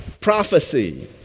prophecy